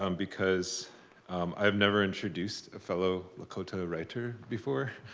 um because i've never introduced a fellow lakota writer before.